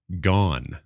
gone